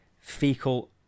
fecal